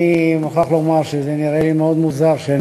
אני מוכרח לומר שזה נראה לי מאוד מוזר שאני